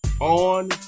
on